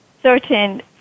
certain